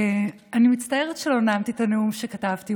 אני מצטערת שלא נאמתי את הנאום שכתבתי,